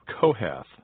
Kohath